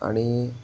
आणि